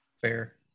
Fair